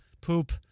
poop